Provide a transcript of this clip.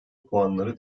puanları